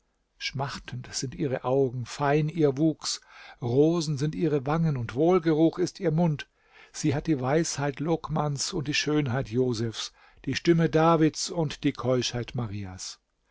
schmachtend sind ihre augen fein ihr wuchs rosen sind ihre wangen und wohlgeruch ist ihr mund sie hat die weisheit lokmans und die schönheit josephs die stimme davids und die keuschheit marias